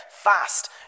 Fast